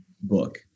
book